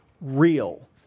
real